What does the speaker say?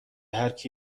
هرکی